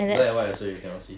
black and white also you cannot see